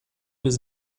does